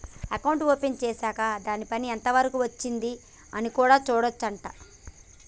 account open చేశాక్ దాని పని ఎంత వరకు వచ్చింది అని కూడా చూడొచ్చు అంట